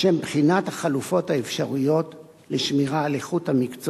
לשם בחינת החלופות האפשריות לשמירה על איכות המקצוע